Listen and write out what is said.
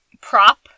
prop